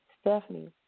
Stephanie